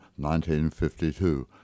1952